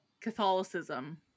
Catholicism